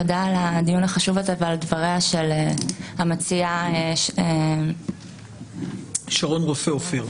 תודה על הדיון החשוב הזה ועל דבריה של המציעה שרון רופא אופיר.